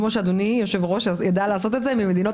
כמו שאדוני היושב-ראש ידע לעשות את זה ממדינות